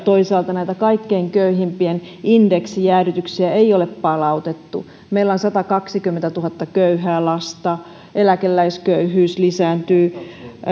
toisaalta näitä kaikkein köyhimpien indeksijäädytyksiä ei ole palautettu meillä on satakaksikymmentätuhatta köyhää lasta eläkeläisköyhyys lisääntyy